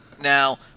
Now